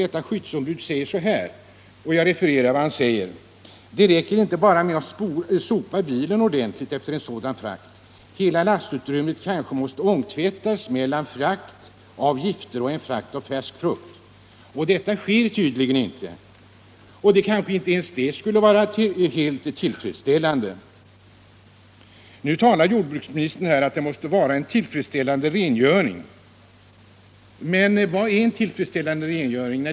Det skyddsombud som jag här refererat till säger att det inte räcker med att bara sopa bilen ordentligt efter en sådan giftfrakt. Hela lastutrymmet kanske måste ångtvättas mellan frakt av gifter och frakt av t.ex. färsk frukt. Detta sker tydligen inte — och kanske inte ens en sådan tvättning skulle vara helt tillfredsställande. Jordbruksministern säger i svaret att det är självklart att en tillfredsställande rengöring måste ske. Men vad är ”en tillfredsställande rengöring”?